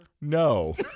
No